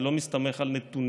זה לא מסתמך על נתונים.